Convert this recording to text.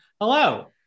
Hello